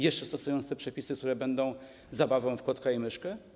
Jeszcze stosując te przepisy, które będą zabawą w kotka i myszkę?